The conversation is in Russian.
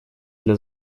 для